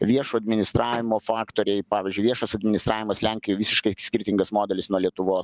viešo administravimo faktoriai pavyzdžiui viešas administravimas lenkijoj visiškai skirtingas modelis nuo lietuvos